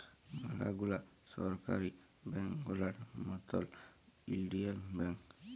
ম্যালা গুলা সরকারি ব্যাংক গুলার মতল ইউলিয়াল ব্যাংক